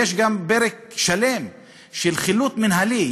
יש גם פרק שלם של חילוט מינהלי.